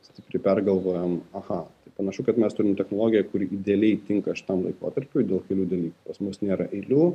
stipriai pergalvojom aha tai panašu kad mes turim technologiją kuri idealiai tinka šitam laikotarpiui dėl kelių dalykų pas mus nėra eilių